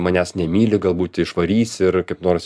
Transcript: manęs nemyli galbūt išvarys ir kaip nors